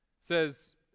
says